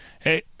Hey